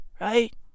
Right